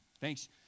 Thanks